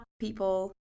people